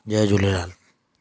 Jay Jhulelal